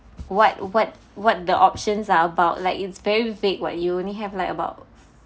what what what the options are about like it's very vague what you only have like about